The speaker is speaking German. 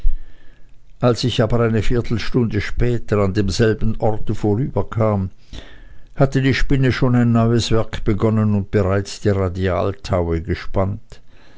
als ich aber eine viertelstunde später an demselben ort vorüberkam hatte die spinne schon ein neues werk begonnen und bereits die radialtaue gespannt